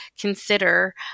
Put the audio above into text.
consider